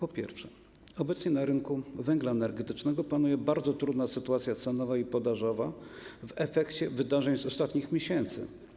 Obecnie na rynku węgla energetycznego panuje bardzo trudna sytuacja cenowa i podażowa w efekcie wydarzeń z ostatnich miesięcy.